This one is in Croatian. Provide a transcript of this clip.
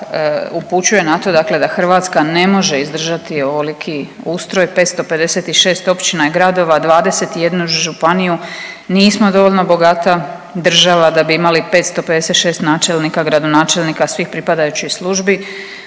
upućuje na to dakle da Hrvatska ne može izdržati ovoliki ustroj, 556 općina i gradova, 21 županiju, nismo dovoljno bogata da bi imali 556 načelnika, gradonačelnika, svih pripadajućih službi,